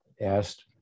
asked